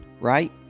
right